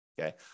okay